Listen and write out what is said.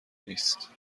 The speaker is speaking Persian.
نیست